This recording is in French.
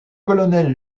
colonel